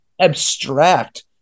abstract